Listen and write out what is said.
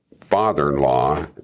father-in-law